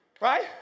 right